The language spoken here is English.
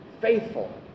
faithful